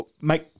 make